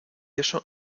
eso